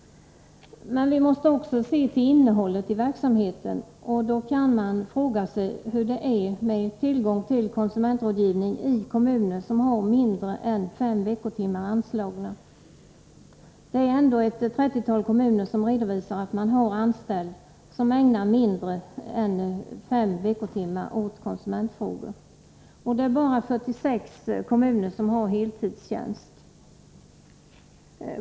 Vi måste också se till innehållet i verksamheten. Då kan man fråga sig hur det är med tillgången till konsumentrådgivning i kommuner som har mindre än fem veckotimmar anslagna. Ett trettiotal kommuner redovisar att de har en anställd som ägnar mindre än fem veckotimmar åt konsumentfrågor. Endast 46 kommuner har heltidstjänster.